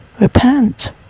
repent